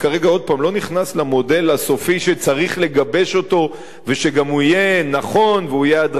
לא נכנס למודל הסופי שצריך לגבש ושגם יהיה נכון ויהיה הדרגתי,